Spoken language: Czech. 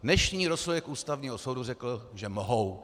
Dnešní rozsudek Ústavního soudu řekl, že mohou.